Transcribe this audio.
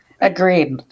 agreed